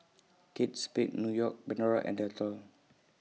Kate Spade New York Pandora and Dettol